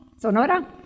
Sonora